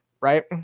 right